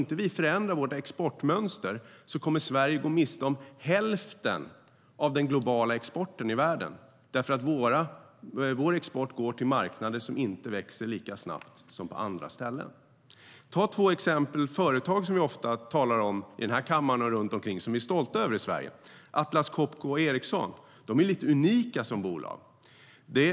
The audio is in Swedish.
Om vi inte förändrar vårt exportmönster kommer Sverige att gå miste om hälften av den globala exporten i världen eftersom vår export går till marknader som inte växer lika snabbt som på andra ställen. Låt oss ta som exempel två företag som vi ofta talar om i den här kammaren och som vi är stolta över i Sverige: Atlas Copco och Ericsson. De är unika som bolag.